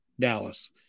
Dallas